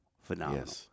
Phenomenal